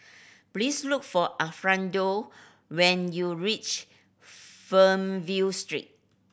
please look for Alfredo when you reach Fernvale Street